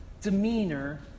demeanor